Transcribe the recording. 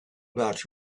about